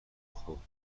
خوب